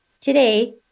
today